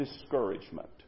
discouragement